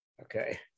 Okay